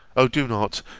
o do not,